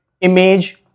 image